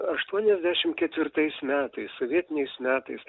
aštuoniasdešimt ketvirtais metais sovietiniais metais